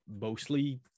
mostly